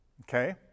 okay